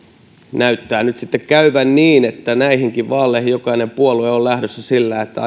näyttää nyt käyvän niin että näihinkin vaaleihin jokainen puolue on lähdössä sillä että